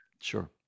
Sure